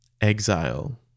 exile